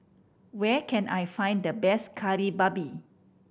where can I find the best Kari Babi